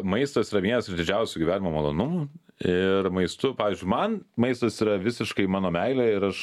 maistas yra vienas iš didžiausių gyvenimo malonumų ir maistu pavyzdžiui man maistas yra visiškai mano meilė ir aš